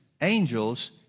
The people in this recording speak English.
angels